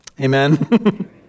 Amen